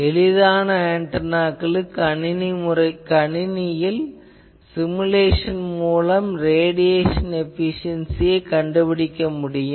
எளிதான ஆன்டெனாக்களுக்கு கணினியில் சிமுலேஷன் மூலம் ரேடியேசன் எபிசியென்சி கண்டுபிடிக்க முடியும்